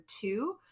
two